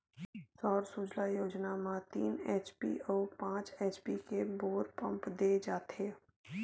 सौर सूजला योजना म तीन एच.पी अउ पाँच एच.पी के बोर पंप दे जाथेय